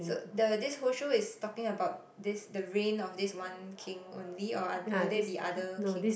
so the this whole show is talking about this the reign of this one king only or are will there be other kings